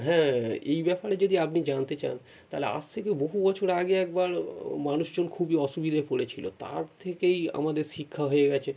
হ্যাঁ এই ব্যাপারে যদি আপনি জানতে চান তাহলে আজ থেকে বহু বছর আগে একবার মানুষজন খুবই অসুবিধেয় পড়েছিলো তার থেকেই আমাদের শিক্ষা হয়ে গেছে